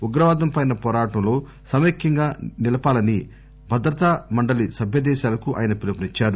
ఉగ్రవాదంపై పోరాటంలో సమైక్యంగా నిలపాలని భద్రతా మండలి సభ్య దేశాలకు ఆయన పిలుపునిచ్చారు